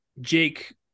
jake